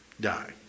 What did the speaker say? die